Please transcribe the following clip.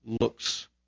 looks